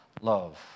love